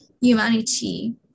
humanity